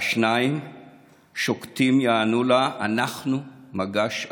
והשניים שוקטים / יענו לה: "אנחנו מגש הכסף,